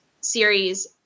series